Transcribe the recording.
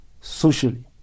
socially